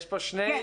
יש פה שני --- יש.